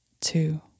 two